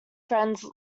friends